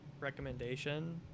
recommendation